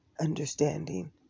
understanding